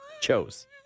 chose